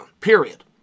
period